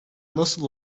nasıl